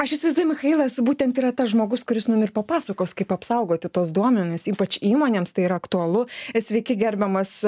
aš įsivaizduoju michailas būtent yra tas žmogus kuris mum ir papasakos kaip apsaugoti tuos duomenis ypač įmonėms tai ir aktualu sveiki gerbiamas